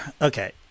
okay